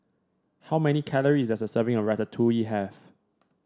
how many calories does a serving of Ratatouille have